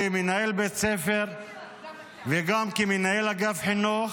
כמנהל בית ספר וגם כמנהל אגף חינוך,